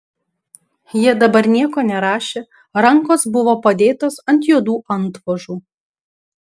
jie dabar nieko nerašė rankos buvo padėtos ant juodų antvožų